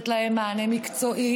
לתת להם מענה מקצועי,